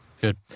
Good